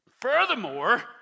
Furthermore